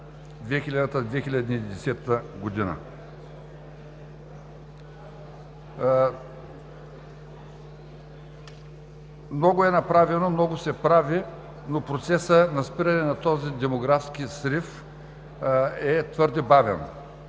Много е направено, много се прави, но процесът на спиране на този демографски срив е твърде бавен.